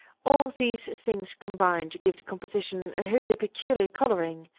all these things combine to give the composition a wholly peculiar coloring,